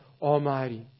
Almighty